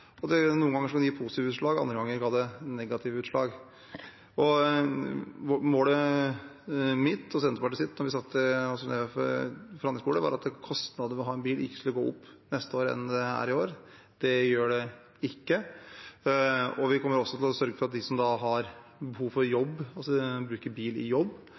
Noen ganger kan det gi positive utslag, andre ganger ga det negative utslag. Mitt og Senterpartiets mål da vi satte oss ned ved forhandlingsbordet, var at kostnader ved å ha en bil ikke skulle gå opp neste år fra det det er i år. Det gjør det ikke. Vi kommer også til å sørge for at de som har behov for å bruke bil i jobb,